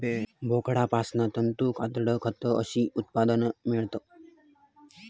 बोकडांपासना तंतू, कातडा, खत अशी उत्पादना मेळतत